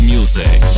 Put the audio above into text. Music